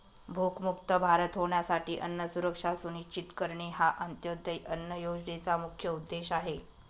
भूकमुक्त भारत होण्यासाठी अन्न सुरक्षा सुनिश्चित करणे हा अंत्योदय अन्न योजनेचा मुख्य उद्देश आहे